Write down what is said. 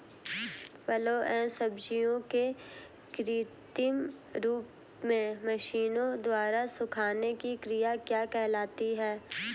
फलों एवं सब्जियों के कृत्रिम रूप से मशीनों द्वारा सुखाने की क्रिया क्या कहलाती है?